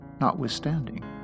notwithstanding